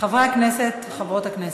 חברי הכנסת וחברות הכנסת,